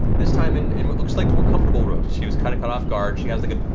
this time in and what looks like more comfortable robes. she was kind of caught off-guard. she has like a